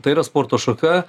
tai yra sporto šaka